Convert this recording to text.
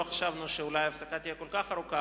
לא חשבנו שההפסקה תהיה כל כך ארוכה,